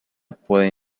pueden